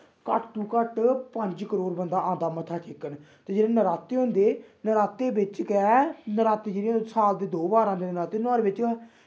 घट्ट तू घट्ट पंज करोड़ बंदा आंदा जेह्ड़े नराते होंदे नरातें बिच्च गै नराते जि'यां साल दे दो बार आंदे नराते नोहाड़े बिच्च गै